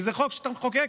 כי זה חוק שאתה מחוקק,